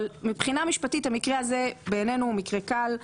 אבל מבחינה משפטית המקרה הזה בעינינו הוא מקרה קל.